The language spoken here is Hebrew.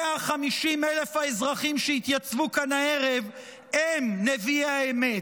150,000 האזרחים שהתייצבו כאן הערב הם נביאי האמת.